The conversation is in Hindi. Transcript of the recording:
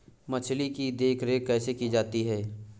मछली की देखरेख कैसे की जाती है?